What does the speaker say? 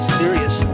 serious